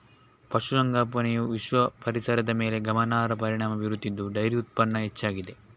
ಪಶು ಸಂಗೋಪನೆಯು ವಿಶ್ವ ಪರಿಸರದ ಮೇಲೆ ಗಮನಾರ್ಹ ಪರಿಣಾಮ ಬೀರುತ್ತಿದ್ದು ಡೈರಿ ಉತ್ಪನ್ನ ಹೆಚ್ಚಾಗಿದೆ